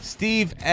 Steve